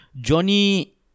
Johnny